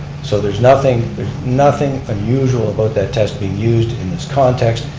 so there's nothing nothing unusual about that test being used in this context.